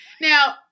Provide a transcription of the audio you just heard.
Now